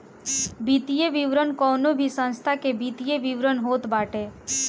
वित्तीय विवरण कवनो भी संस्था के वित्तीय विवरण होत बाटे